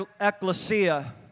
ecclesia